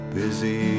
busy